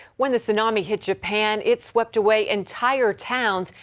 when the tsunami hit japan it swept away entire towns,